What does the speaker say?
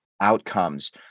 outcomes